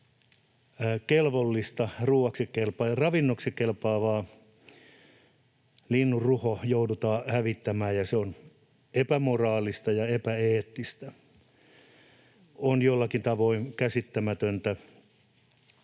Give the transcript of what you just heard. siinä suhteessa, että ravinnoksi kelpaava linnun ruho joudutaan hävittämään, ja se on epämoraalista ja epäeettistä. On jollakin tavoin käsittämätöntä,